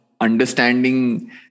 understanding